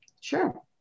Sure